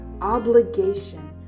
obligation